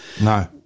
No